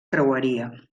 creueria